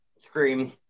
Scream